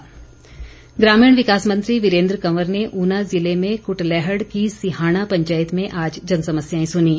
वीरेन्द्र कंवर ग्रामीण विकास मंत्री वीरेन्द्र कंवर ने ऊना ज़िले में कुटलैहड़ की सिहाणा पंचायत में आज जनसमस्याएं सुनीं